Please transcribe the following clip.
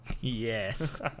Yes